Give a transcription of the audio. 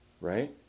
right